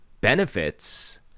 benefits